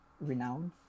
renowned